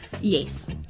yes